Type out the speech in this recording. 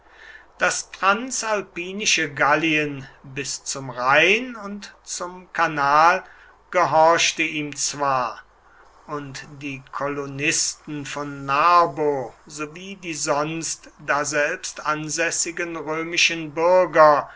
das transalpinische gallien bis zum rhein und zum kanal gehorchte ihm zwar und die kolonisten von narbo sowie die sonst daselbst ansässigen römischen bürger